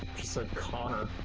said connor,